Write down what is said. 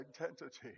identity